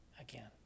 again